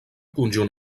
conjunt